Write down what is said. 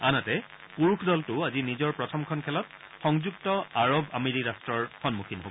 ইপিনে পুৰুষ দলটো আজি নিজৰ প্ৰথমখন খেলত সংযুক্ত আৰৱ আমিৰি ৰাষ্ট্ৰৰ সন্মুখীন হ'ব